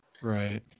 Right